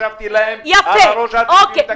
ישבתי להם על הראש עד שהביאו תקציבים.